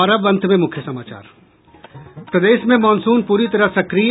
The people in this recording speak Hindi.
और अब अंत में मुख्य समाचार प्रदेश में मॉनसून पूरी तरह सक्रिय